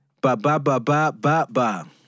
Ba-ba-ba-ba-ba-ba